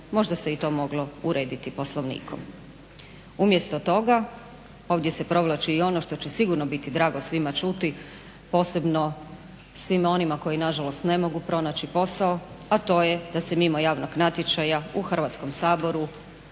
možda se i to moglo urediti poslovnikom. Umjesto toga ovdje se provlači i ono što će sigurno biti drago svima čuti posebno svima onima koji nažalost ne mogu pronaći posao, a to je da se mimo javnog natječaja u Hrvatskom saboru